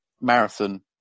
marathon